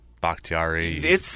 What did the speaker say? Bakhtiari